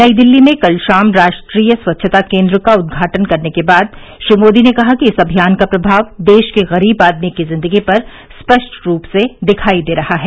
नई दिल्ली में कल शाम राष्ट्रीय स्वच्छता केंद्र का उद्घाटन करने के बाद श्री मोदी ने कहा कि इस अभियान का प्रमाव देश के गरीब आदमी की जिंदगी पर स्पष्ट रूप से दिखाई दे रहा है